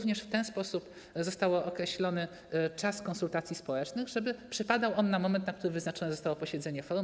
W ten sposób został określony czas konsultacji społecznych, żeby przypadał on na moment, na który wyznaczone zostało posiedzenie forum.